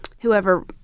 Whoever